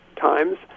times